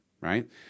right